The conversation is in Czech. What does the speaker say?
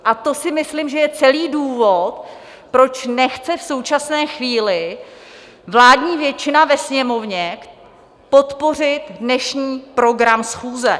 A to si myslím, že je celý důvod, proč nechce v současné chvíli vládní většina ve Sněmovně podpořit dnešní program schůze.